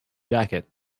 jacket